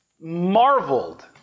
marveled